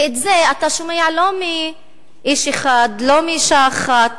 ואת זה אתה שומע לא מאיש אחד, לא מאשה אחת.